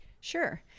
Sure